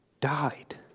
died